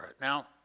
Now